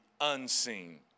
unseen